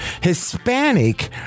Hispanic